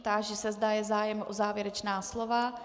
Táži se, zda je zájem o závěrečná slova.